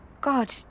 God